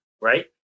right